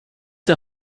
der